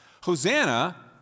Hosanna